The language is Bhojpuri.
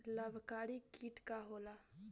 लाभकारी कीट का होला?